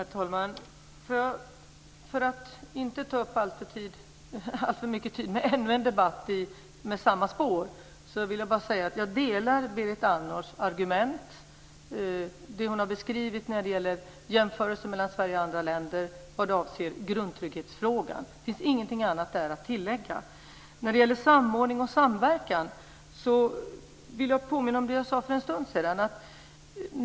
Herr talman! För att inte ta upp alltför mycket tid på ännu en debatt i samma spår vill jag säga att jag instämmer i Berit Andnors argument, dvs. det hon har beskrivit när det gäller jämförelse mellan Sverige och andra länder vad avser frågan om grundtrygghet. Det finns inget annat där att tillägga. När det gäller samordning och samverkan vill jag påminna om vad jag sade för en stund sedan.